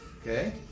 Okay